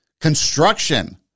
Construction